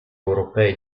europei